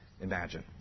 imagine